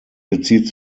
bezieht